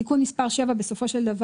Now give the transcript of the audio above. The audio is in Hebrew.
כשתיקון מס' 7 פקע,